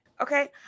okay